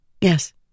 Yes